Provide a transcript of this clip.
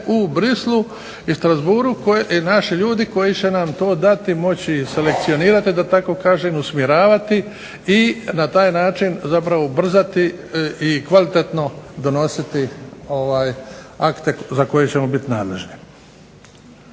u Bruxellesu i Strassbourgu i naši ljudi koji će nam to dati moći i selekcionirati da tako kažem, usmjeravati i na taj način zapravo ubrzati i kvalitetno donositi akte za koje ćemo biti nadležni.